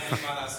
אין לי מה לעשות.